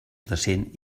decent